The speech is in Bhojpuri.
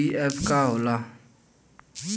पी.एफ का होला?